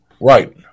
Right